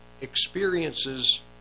experiences